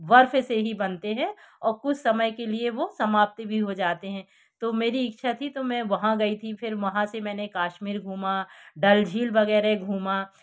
बर्फ से ही बनते हैं और कुछ समय के लिए वो समाप्त भी हो जाते हैं तो मेरी इच्छा थी तो मै वहाँ गई थी फिर वहाँ से मैंने कश्मीर घूमा डल झील वगैरह घूमा